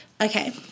okay